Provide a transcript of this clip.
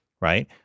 right